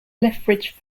lethbridge